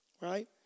right